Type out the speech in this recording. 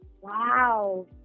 Wow